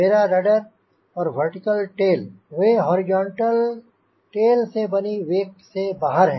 मेरा रडर और vertical tail वे हॉरिजॉन्टल टेल से बनी वेक से बाहर हैं